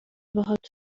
باهات